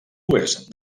oest